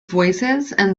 voicesand